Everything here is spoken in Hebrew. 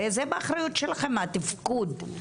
הרי זה באחריות שלכם, התפקוד.